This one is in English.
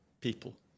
people